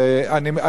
אבל אני,